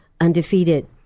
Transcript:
Undefeated